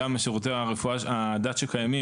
וגם שירותי הדת שקיימים,